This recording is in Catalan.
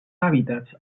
hàbitats